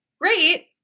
great